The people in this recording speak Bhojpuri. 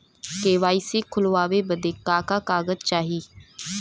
के.वाइ.सी खोलवावे बदे का का कागज चाही?